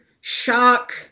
shock